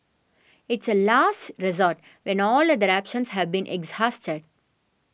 it's a last resort when all other options have been exhausted